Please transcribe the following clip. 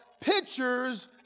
pictures